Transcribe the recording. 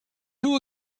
who